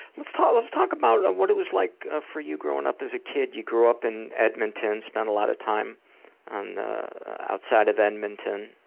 let's talk let's talk about what it was like ah for you growing up as kid. you grew up in edmonton, spent a lot of time on the outside of edmonton,